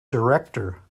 director